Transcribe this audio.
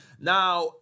now